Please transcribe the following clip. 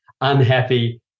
unhappy